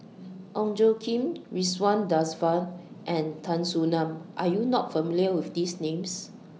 Ong Tjoe Kim Ridzwan Dzafir and Tan Soo NAN Are YOU not familiar with These Names